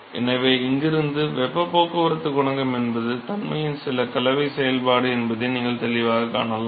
எனவே இங்கிருந்து வெப்பப் போக்குவரத்துக் குணகம் என்பது தன்மையின் சில கலவை செயல்பாடு என்பதை நீங்கள் தெளிவாகக் காணலாம்